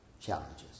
challenges